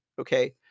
Okay